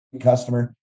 customer